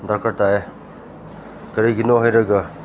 ꯗꯔꯀꯥꯔ ꯇꯥꯏꯌꯦ ꯀꯔꯤꯒꯤꯅꯣ ꯍꯥꯏꯔꯒ